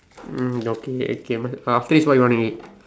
um okay K uh after this what you wanna eat